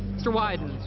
mr. wyden.